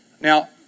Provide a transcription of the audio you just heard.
Now